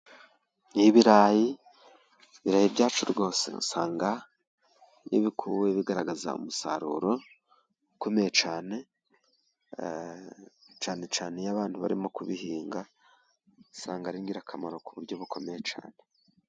Ni ibirayi, ibirayi byacu rwose usanga iyo bikuwe bigaragaza umusaruro ukomeye cyane, cyane cyane iyo abantu barimo kubihinga, usanga ari ingirakamaro ku buryo bukomeye cyane.